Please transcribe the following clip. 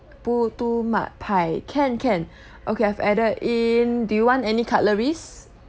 put two mud pie can can okay I've added in do you want any cutleries